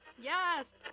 Yes